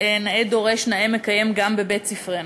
ונאה דורש נאה מקיים גם בבית-ספרנו.